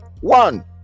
one